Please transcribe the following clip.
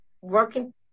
working